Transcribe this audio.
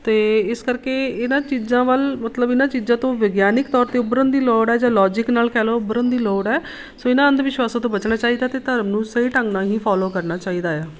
ਅਤੇ ਇਸ ਕਰਕੇ ਇਹਨਾਂ ਚੀਜ਼ਾਂ ਵੱਲ ਮਤਲਬ ਇਹਨਾਂ ਚੀਜ਼ਾਂ ਤੋਂ ਵਿਗਿਆਨਿਕ ਤੌਰ 'ਤੇ ਉਭਰਨ ਦੀ ਲੋੜ ਹੈ ਜਾਂ ਲੋਜਿਕ ਨਾਲ ਕਹਿ ਲਓ ਉੱਭਰਨ ਦੀ ਲੋੜ ਹੈ ਸੋ ਇਹਨਾਂ ਅੰਧ ਵਿਸ਼ਵਾਸਾਂ ਤੋਂ ਬਚਣਾ ਚਾਹੀਦਾ ਅਤੇ ਧਰਮ ਨੂੰ ਸਹੀ ਢੰਗ ਨਾਲ ਹੀ ਫੋਲੋ ਕਰਨਾ ਚਾਹੀਦਾ ਆ